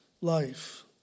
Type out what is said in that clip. life